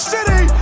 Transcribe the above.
City